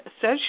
Says